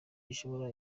gishoma